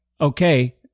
okay